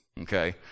Okay